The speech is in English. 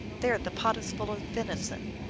there, the pot is full of venison,